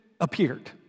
appeared